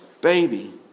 baby